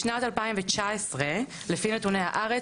בשנת 2019 לפי נתוני הארץ,